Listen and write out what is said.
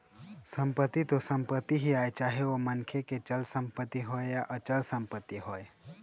संपत्ति तो संपत्ति ही आय चाहे ओ मनखे के चल संपत्ति होवय या अचल संपत्ति होवय